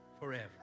forever